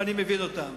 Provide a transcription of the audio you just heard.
ואני מבין אותם.